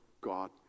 God